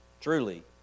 Truly